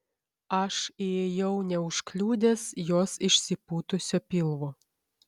aš įėjau neužkliudęs jos išsipūtusio pilvo